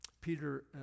Peter